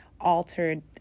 altered